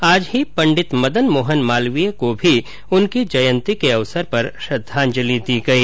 आज ही पण्डित मदन मोहन मालवीय को भी उनकी जयंती के अवसर पर श्रद्धांजलि दी गई